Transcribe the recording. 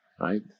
right